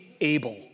able